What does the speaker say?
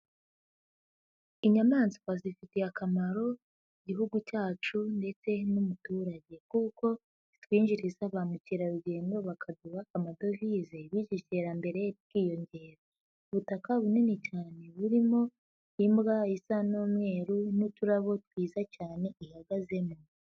Inyamaswa zifitiye akamaro igihugu cyacu ndetse n'umuturage, kuko bitwinjiriza bamukerarugendo bakaduha amadovize bityo iterambere rikiyongera. Ubutaka bunini cyane burimo imbwa isa n'umweru n'uturabo twiza cyane ihagazemo.